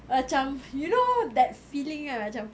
macam you know that feeling ah macam